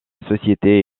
société